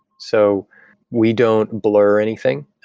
so we don't blur anything.